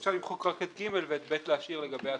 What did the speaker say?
אפשר למחוק רק את סעיף קטן (ג) ואת סעיף קטן (ב) להשאיר לגבי השגות.